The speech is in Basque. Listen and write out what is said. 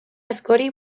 askori